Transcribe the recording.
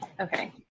okay